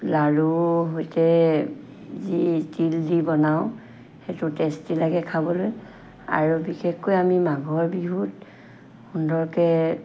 লাড়ুৰ সৈতে যি তিল দি বনাওঁ সেইটো টেষ্টি লাগে খাবলৈ আৰু বিশেষকৈ আমি মাঘৰ বিহুত সুন্দৰকৈ